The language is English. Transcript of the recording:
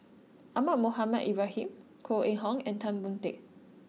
Ahmad Mohamed Ibrahim Koh Eng Hoon and Tan Boon Teik